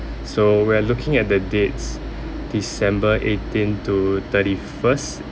so we are looking at the dates december eighteen to thirty first